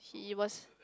he was